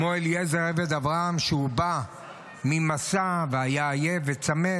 כמו אליעזר עבד אברהם שבא ממסע והיה עייף וצמא.